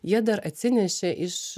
jie dar atsinešė iš